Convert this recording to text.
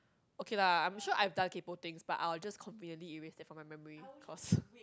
okay lah I'm sure I done kepok things but I was just copy only it was in my memories cause